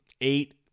eight